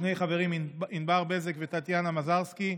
שני חברים, ענבר בזק וטטיאנה מזרסקי,